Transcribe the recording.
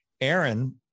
Aaron